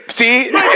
see